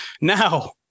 now